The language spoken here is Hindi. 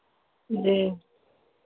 जी